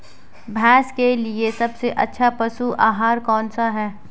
भैंस के लिए सबसे अच्छा पशु आहार कौनसा है?